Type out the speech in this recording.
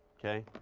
okay?